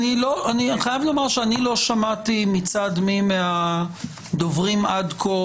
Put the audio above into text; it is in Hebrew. לא שמעתי מצד מי מהדוברים עד כה,